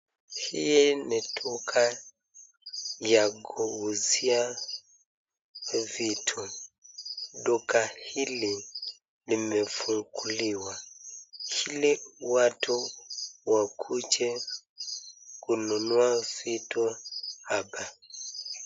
Hii ni duka ya kuuzia vitu ,duka hili limefunguliwa ili watu wakuje kununua vitu hapa.